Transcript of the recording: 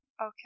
Okay